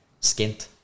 Skint